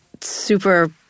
super